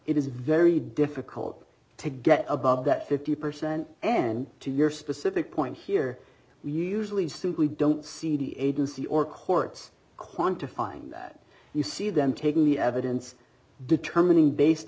it is very difficult to get above that fifty percent and to your specific point here we usually simply don't see the agency or courts quanta find that you see them taking the evidence determining based